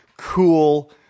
cool